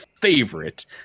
favorite